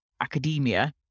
academia